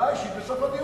הודעה אישית, בסוף הדיון.